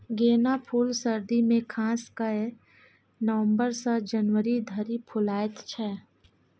गेना फुल सर्दी मे खास कए नबंबर सँ जनवरी धरि फुलाएत छै